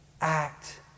Act